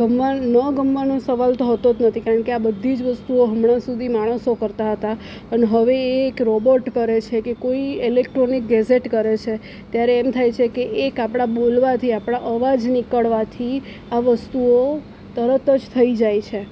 ગમવા ન ગમવાનું તો સવાલ હોતો નથી કારણ કે આ બધી વસ્તુઓ હમણાં સુધી માણસો કરતા હતા અને હવે એ એક રોબોટ કરે છે કે કોઈ એક ઇલેક્ટ્રોનિક ગેજેટ કરે છે ત્યારે એમ થાય છે કે એક આપણાં બોલવાથી આપણા અવાજ નીકળવાથી આ વસ્તુઓ તરત જ થઈ જાય છે